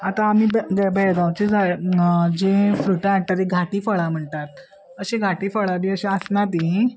आतां आमी बेळ बेळगांवची झाड जी फ्रुटां हाडटा ती घाटी फळां म्हणटात अशी घाटी फळां बी अशी आसना ती